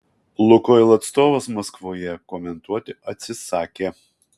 lukoil atstovas maskvoje komentuoti atsisakė